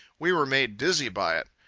we were made dizzy by it.